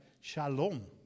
Shalom